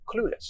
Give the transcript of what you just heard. clueless